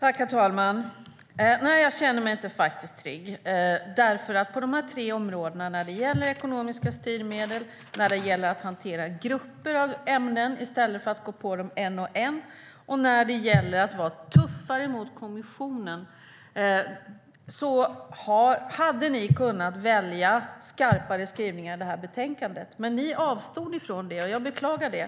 Herr talman! Nej, jag känner mig faktiskt inte trygg. På de här tre områdena - ekonomiska styrmedel, att hantera grupper av ämnen i stället för att gå på dem en och en och att vara tuffare mot kommissionen - hade ni kunnat välja skarpare skrivningar i betänkandet. Men ni avstod från det, och det beklagar jag.